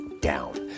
down